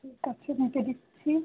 ঠিক আছে মেপে দিচ্ছি